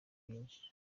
byinshi